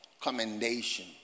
commendation